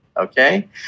Okay